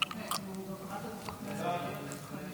חבר הכנסת כהנא,